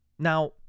Now